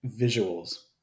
visuals